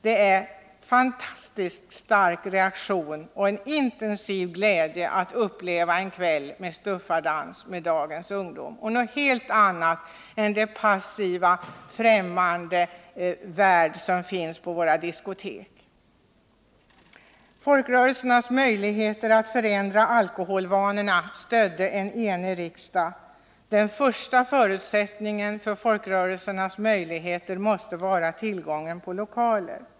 Det är med en intensiv glädje som man upplever en kväll med ”STUFFA-dans” med dagens ungdom — det är något helt annat än den passiva, främmande värld som finns på diskoteken. Folkrörelsernas möjligheter att förändra alkoholvanorna stödde en enig riksdag. Den första förutsättningen för dem måste vara att de har tillgång till lokaler.